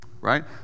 right